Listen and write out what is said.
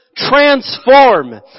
transform